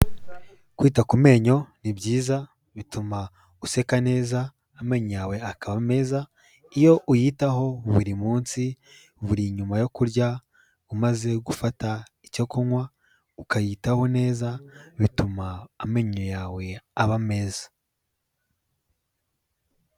Kwita ku menyo ni byiza bituma useka neza amenyo yawe akaba meza, iyo uyitaho buri munsi, buri nyuma yo kurya, umaze gufata icyo kunywa, ukayitaho neza, bituma amenyo yawe aba meza.